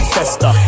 Festa